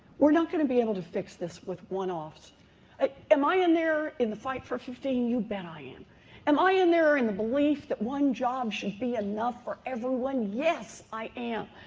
we're not going to be able to fix this with one-offs i am i in there in the fight for fifteen? you bet. am am i in there in the belief that one job should be enough for everyone? yes, i am.